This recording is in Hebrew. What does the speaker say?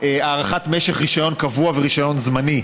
(הארכת משך רישיון קבוע ורישיון זמני).